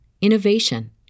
innovation